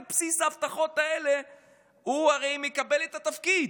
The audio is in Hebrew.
על בסיס ההבטחות האלה הוא הרי מקבל את התפקיד.